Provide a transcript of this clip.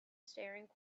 staring